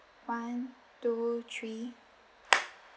one two three